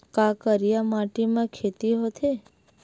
का करिया माटी म खेती होथे?